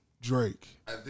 Drake